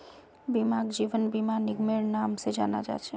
बीमाक जीवन बीमा निगमेर नाम से जाना जा छे